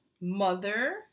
Mother